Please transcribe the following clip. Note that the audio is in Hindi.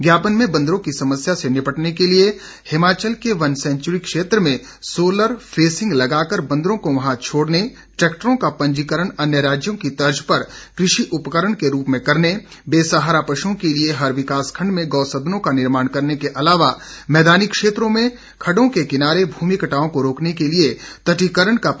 ज्ञापन में बंदरों की समस्या से निपटने के लिए हिमाचल के वन सैंचुरी क्षेत्र में सोलर फैंसिंग लगाकर बंदरों को वहां छोड़ने ट्रैक्टरों का पंजीकरण अन्य राज्यों की तर्ज पर कृषि उपकरण के रूप में करने बेसहारा पशुओं के लिए हर विकास खंड में गौसदनों का निर्माण करने के अलावा मैदानी क्षेत्रों में खड्डों के किनारे मूमि कटाव को रोकने के लिए तटीकरण का प्रावधान करने संबंधी मांग की गई है